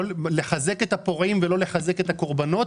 כלומר, לחזק את הפורעים ולא לחזק את הקורבנות?